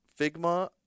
Figma